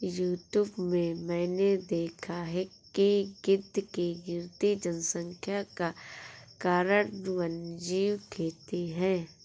YouTube में मैंने देखा है कि गिद्ध की गिरती जनसंख्या का कारण वन्यजीव खेती है